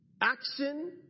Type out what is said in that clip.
action